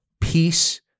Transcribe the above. peace